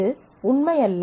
இது உண்மை அல்ல